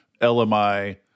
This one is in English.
lmi